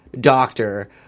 doctor